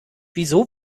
wieso